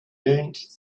learned